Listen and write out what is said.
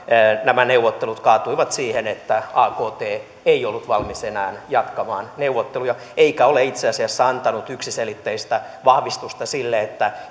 nämä neuvottelut kaatuivat siihen että akt ei ei ollut valmis enää jatkamaan neuvotteluja eikä ole itse asiassa antanut yksiselitteistä vahvistusta sille että